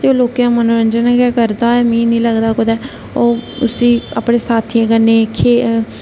ते लोकें दा मनोरजंन गै करदा ऐ मि नेईं लगदा कुते ओह् उसी अपने साथियें कन्नै